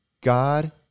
God